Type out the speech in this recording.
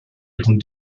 ihren